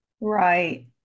Right